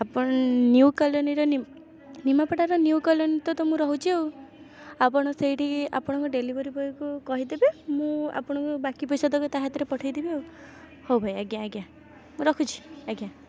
ଆପଣ ନିୟୁ କଲୋନୀର ନିମ ନିମାପଡ଼ାର ନିୟୁ କଲୋନୀ ତ ମୁଁ ରହୁଛି ଆଉ ଆପଣ ସେଇଠିକି ଆପଣଙ୍କ ଡେଲିଭରି ବଏକୁ କହିଦେବେ ମୁଁ ଆପଣଙ୍କୁ ବାକି ପଇସା ତକ ତା' ହାତରେ ପଠେଇଦେବି ଆଉ ହେଉ ଭାଇ ଆଜ୍ଞା ଆଜ୍ଞା ମୁଁ ରଖୁଛି ଆଜ୍ଞା